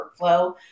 workflow